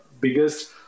biggest